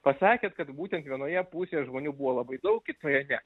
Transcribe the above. pasakėt kad būtent vienoje pusėje žmonių buvo labai daug kitoje ne